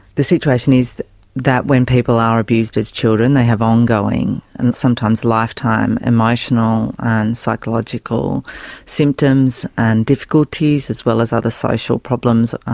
the situation is that when people are abused as children they have ongoing and sometimes lifetime emotional and psychological symptoms and difficulties, as well as other social problems,